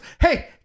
Hey